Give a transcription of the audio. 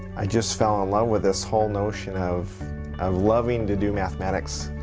i just fell in love with this whole notion of of loving to do mathematics,